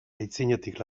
aitzinetik